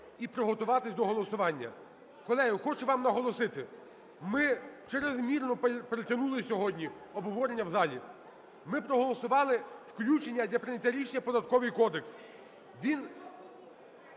і приготуватися до голосування. Колеги, хочу вам наголосити: ми черезмірно перетягнули сьогодні обговорення в залі, ми проголосували включення для прийняття рішення у Податковий кодекс.